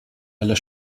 aller